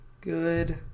Good